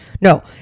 no